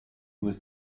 was